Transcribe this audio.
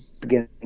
beginning